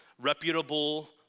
reputable